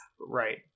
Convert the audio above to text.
Right